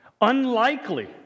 Unlikely